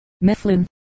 Mifflin